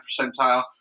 percentile